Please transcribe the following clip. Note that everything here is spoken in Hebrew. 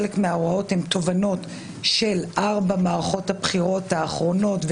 חלק מההוראות הן תובנות מארבע מערכות הבחירות האחרונות,